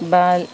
ball